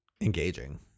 engaging